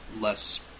less